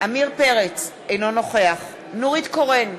עמיר פרץ, אינו נוכח נורית קורן,